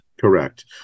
Correct